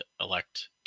elect